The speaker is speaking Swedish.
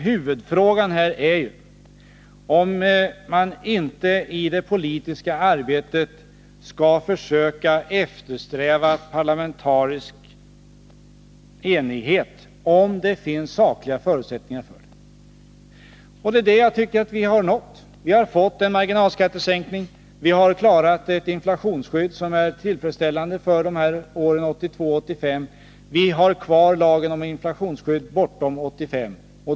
Huvudfrågan är ju om man inte i det politiska arbetet skall försöka eftersträva parlamentarisk enighet, om det finns sakliga förutsättningar för en sådan. Det är sådan enighet jag tycker att vi har nått. Vi har fått en marginalskattesänkning. Vi har klarat ett inflationsskydd som är tillfredsställande för åren 1982-1985. Vi har kvar lagen om inflationsskydd bortom 1985.